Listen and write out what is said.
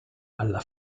alla